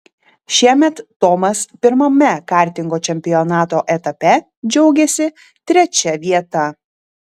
šiemet tomas pirmame kartingo čempionato etape džiaugėsi trečia vieta